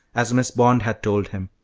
as miss bond had told him.